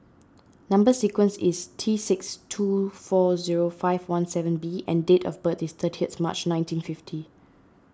Number Sequence is T six two four zero five one seven B and date of birth is thirtieth March nineteen fifty